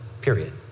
period